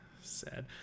sad